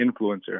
influencer